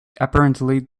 apparently